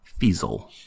Fiesel